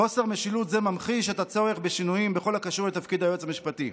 חוסר משילות זה ממחיש את הצורך בשינויים בכל הקשור לתפקיד היועץ המשפטי.